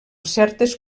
certes